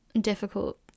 difficult